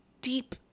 deep